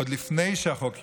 עוד לפני שהחוק יאושר,